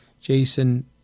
Jason